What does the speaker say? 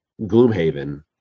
Gloomhaven